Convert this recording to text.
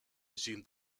resumed